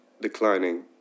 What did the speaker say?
declining